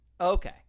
Okay